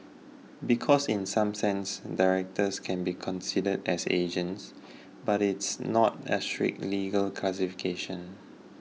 because in some sense directors can be considered as agents but it's not a strict legal classification